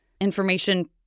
information